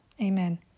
Amen